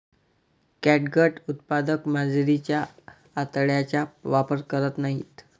catgut उत्पादक मांजरीच्या आतड्यांचा वापर करत नाहीत